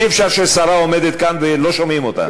אי-אפשר ששרה עומדת כאן ולא שומעים אותה.